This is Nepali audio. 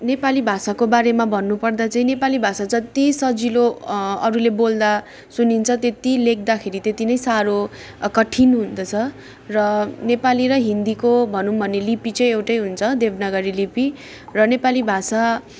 नेपाली भाषाको बारेमा भन्नु पर्दा चाहिँ नेपाली भाषा जति सजिलो अरूले बोल्दा सुनिन्छ त्यति लेख्दाखेरि त्यति नै साह्रो कठिन हुँदछ र नेपाली र हिन्दीको भनौँ भने लिपि चाहिँ एउटा हुन्छ देवनागरी लिपि र नेपाली भाषा